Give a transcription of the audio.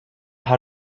how